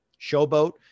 showboat